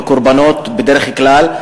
בקורבנות בדרך כלל,